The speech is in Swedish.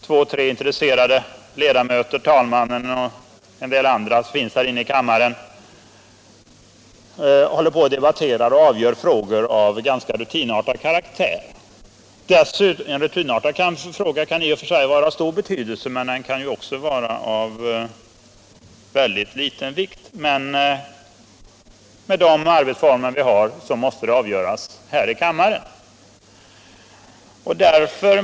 Två eller tre intresserade ledamöter, talmannen och en del andra personer finns inne i kammaren när frågor av ganska rutinartad karaktär avgörs. En rutinartad fråga kan i och för sig vara av stor betydelse, men även om den är av mycket liten vikt måste den med de arbetsformer vi har avgöras här i kammaren.